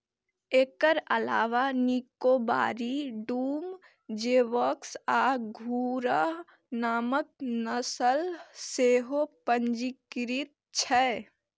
एकर अलावे निकोबारी, डूम, जोवॉक आ घुर्राह नामक नस्ल सेहो पंजीकृत छै